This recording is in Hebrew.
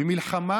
במלחמה,